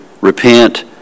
Repent